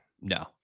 No